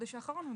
בחודש האחרון,